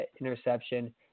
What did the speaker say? interception